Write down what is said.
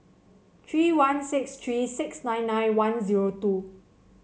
three one six three six nine nine one zero two